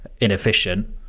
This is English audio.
inefficient